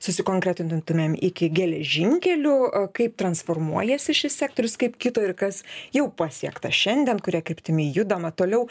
sukonkretintumėm iki geležinkelių kaip transformuojasi šis sektorius kaip kito ir kas jau pasiekta šiandien kuria kryptimi judama toliau